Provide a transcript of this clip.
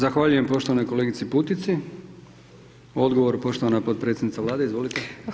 Zahvaljujem poštovanoj kolegici Putici, odgovor, poštovana potpredsjednica Vlade, izvolite.